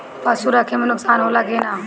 पशु रखे मे नुकसान होला कि न?